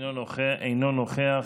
אינו נוכח.